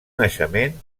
naixement